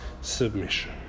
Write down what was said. submission